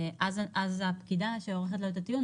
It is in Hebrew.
אז הפקידה שעורכת לו את הטיעון,